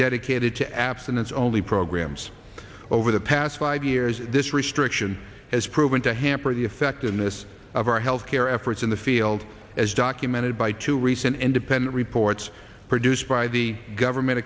dedicated to abstinence only programs over the past five years this restriction has proven to hamper the effectiveness of our health care efforts in the field as documented by two recent independent reports produced by the government